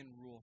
rule